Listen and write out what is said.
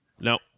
No